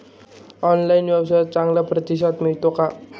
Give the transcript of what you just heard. Online व्यवसायात चांगला प्रतिसाद मिळतो का?